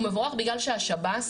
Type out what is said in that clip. הוא מבורך בגלל שהשב"ס,